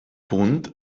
punt